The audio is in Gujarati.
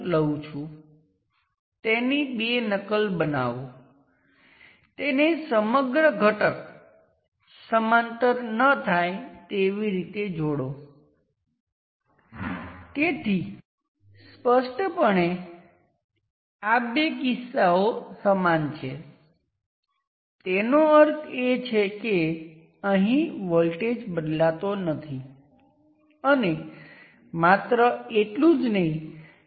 બીજો કેસ એ છે કે જ્યાં ઇન્ટરનલ ઇન્ડિપેન્ડન્ટ સોર્સ નલ કેસમાં મારો IL આ બે કેસો IL1 IL2 નો સરવાળો હશે